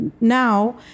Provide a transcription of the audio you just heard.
now